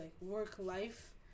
work-life